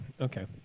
okay